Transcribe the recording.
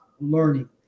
learning